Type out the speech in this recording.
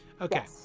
Okay